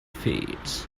feeds